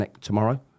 tomorrow